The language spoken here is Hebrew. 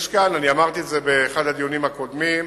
אמרתי את זה באחד הדיונים הקודמים: